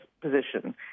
position